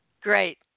Great